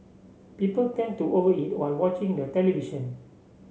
people tend to over eat while watching the television